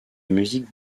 musique